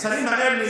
השרים האלו,